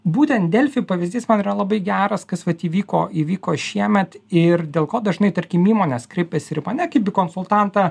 būtent delfi pavyzdys man yra labai geras kas vat įvyko įvyko šiemet ir dėl ko dažnai tarkim įmonės kreipiasi ir į mane kaip į konsultantą